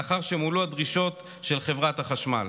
לאחר שמולאו הדרישות של חברת החשמל.